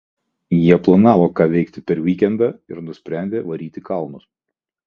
jie planavo ką veikti per vykendą ir nusprendė varyt į kalnus